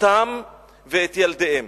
אותם ואת ילדיהם.